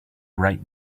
right